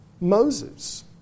Moses